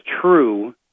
true